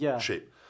shape